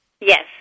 Yes